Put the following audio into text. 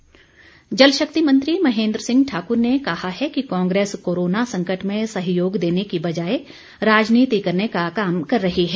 महेंद्र सिंह जल शक्ति मंत्री महेंद्र सिंह ठाकुर ने कहा है कि कांग्रेस कोरोना संकट में सहयोग देने की बजाए राजनीति करने का काम कर रही है